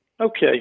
Okay